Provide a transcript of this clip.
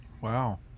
wow